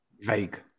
vague